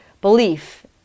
belief